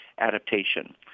adaptation